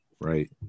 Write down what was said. Right